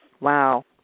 Wow